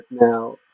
now